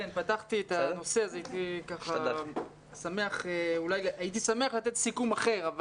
אני פתחתי את הנושא והייתי שמח לתת סיכום אחר,